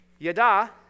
Yada